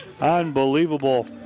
Unbelievable